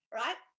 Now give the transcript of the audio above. right